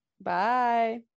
Bye